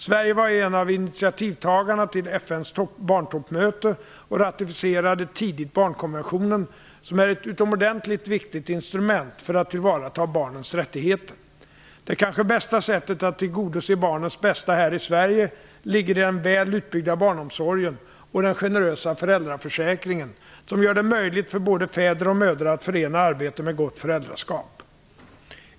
Sverige var ju en av initiativtagarna till FN:s barntoppmöte och ratificerade tidigt barnkonventionen, som är ett utomordentligt viktigt instrument för att tillvarata barnens rättigheter. Det kanske bästa sättet att tillgodose barnens bästa här i Sverige ligger i den väl utbyggda barnomsorgen och den generösa föräldraförsäkringen, som gör det möjligt för både fäder och mödrar att förena arbete med gott föräldraskap.